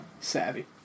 Savvy